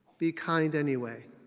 be kind anyway.